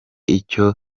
icyo